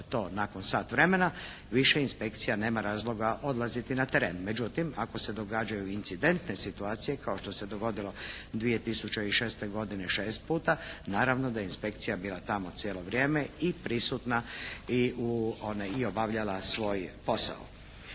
to nakon sat vremena više inspekcija nema razloga odlaziti na teren. Međutim ako se događaju incidentne situacije kao što se dogodilo 2006. godine 6 puta naravno da je inspekcija bila tamo cijelo vrijeme i prisutna i u, i obavljala svoj posao.